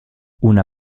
una